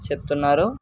చెప్తున్నారు